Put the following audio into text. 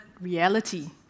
reality